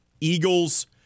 Eagles-